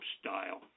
style